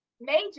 major